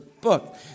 book